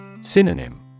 Synonym